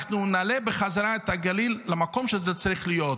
אנחנו נעלה בחזרה את הגליל למקום שבו הוא צריך להיות.